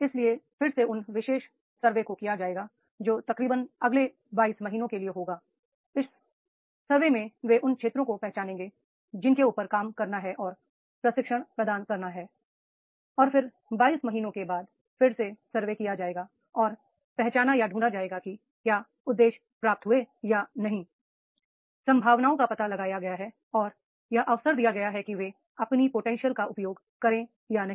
इसलिए फिर से उन विशेष सर्वे को किया जाएगा जो तकरीबन अगले 22 महीनों के लिए होगा इस सर्वे में वे उन क्षेत्रों को पहचानेंगे जिनके ऊपर काम करना है और प्रशिक्षण प्रदान करना है और फिर 22 महीनों के बाद फिर से सर्वे किया जाएगा और पहचाना या ढूंढा जाएगा कि क्या उद्देश्य प्राप्त हुए या नहींi संभावनाओं का पता लगाया गया है और यह अवसर दिया गया है कि वे अपनी पोटेंशियल का उपयोग करें या नहीं